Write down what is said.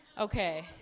Okay